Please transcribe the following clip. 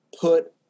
put